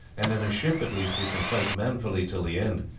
and in a ship at least we can fight manfully till the end.